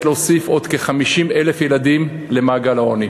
להוסיף עוד כ-50,000 ילדים למעגל העוני.